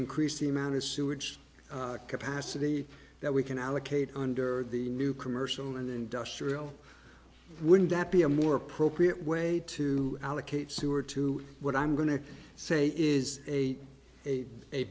increase the amount of sewerage capacity that we can allocate under the new commercial and industrial wouldn't that be a more appropriate way to allocate sewer to what i'm going to say is a a